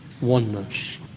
oneness